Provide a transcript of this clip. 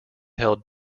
held